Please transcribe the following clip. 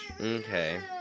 okay